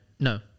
No